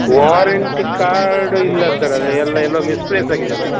warranty card ಇಲ್ಲ sir ಅದು ಎಲ್ಲ ಎಲ್ಲೋ ಮಿಸ್ಪ್ಲೇಸ್ ಆಗಿದೆ ಅದು